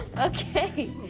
Okay